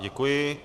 Děkuji.